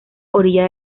orilla